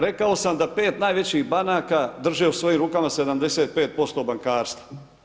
Rekao sam da 5 najvećih banaka drže u svojim rukama 75% bankarstva.